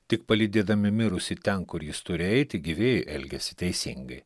tik palydėdami mirusį ten kur jis turi eiti gyvieji elgiasi teisingai